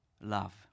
love